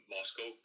Moscow